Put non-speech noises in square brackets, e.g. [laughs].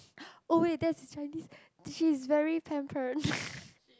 oh wait that is Chinese she is very pampered [laughs]